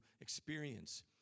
experience